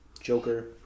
Joker